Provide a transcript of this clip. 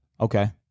Okay